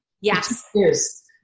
Yes